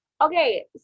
Okay